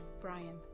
Brian